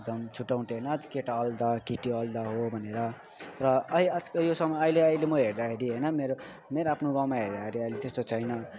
एकदम छुट्याउँथ्यो होइन केटा अलदा केटी अलदा हो भनेर तर अ आजकल यो सब अहिले अहिले म हेर्दाखेरि होइन मेरो मेरो आफ्नो गाउँमा हेर्दाखेरि अहिले त्यस्तो छैन